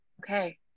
Okay